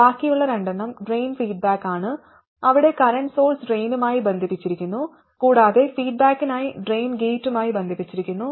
ബാക്കിയുള്ള രണ്ടെണ്ണം ഡ്രെയിൻ ഫീഡ്ബാക്കാണ് അവിടെ കറന്റ് സോഴ്സ് ഡ്രെയിനുമായി ബന്ധിപ്പിച്ചിരിക്കുന്നു കൂടാതെ ഫീഡ്ബാക്കിനായി ഡ്രെയിൻ ഗേറ്റുമായി ബന്ധിപ്പിച്ചിരിക്കുന്നു